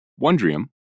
Wondrium